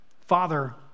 Father